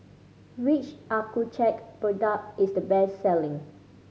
which Accucheck product is the best selling